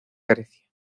grecia